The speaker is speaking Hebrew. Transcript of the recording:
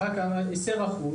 הדלתות